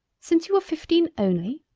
since you were fifteen only!